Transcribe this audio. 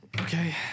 Okay